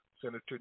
Senator